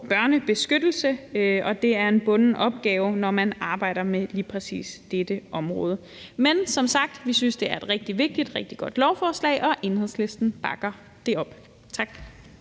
børnebeskyttelse, og det er en bunden opgave, når man arbejder med lige præcis dette område. Som sagt synes vi, det er et rigtig vigtigt og rigtig godt lovforslag, og Enhedslisten bakker det op. Tak.